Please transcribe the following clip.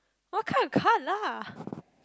what kind of car lah